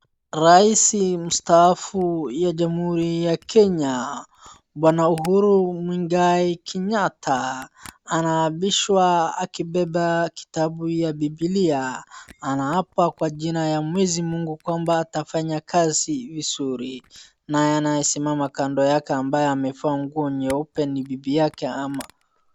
Rais mstaafu ya Jamhuri ya Kenya, Bwana Uhuru Muigai Kenyatta, anaapishwa akibeba kitabu ya Bibilia. Anaapa kwa jina ya Mwenyezi Mungu kwamba atafanya kazi vizuri. Naye anayesimama kando yake ambaye amevaa nguo nyeupe ni bibi yake ama.